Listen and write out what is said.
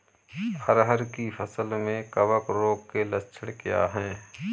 अरहर की फसल में कवक रोग के लक्षण क्या है?